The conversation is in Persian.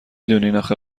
دونین، اخه